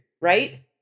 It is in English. right